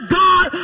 god